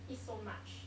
eat so much